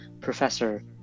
Professor